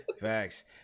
Facts